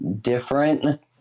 different